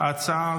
הנושא